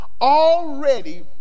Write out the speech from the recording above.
already